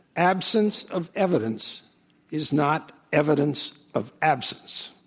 absence of evidence is not evidence of absence.